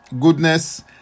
goodness